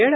add